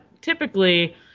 typically